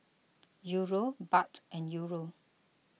Euro Baht and Euro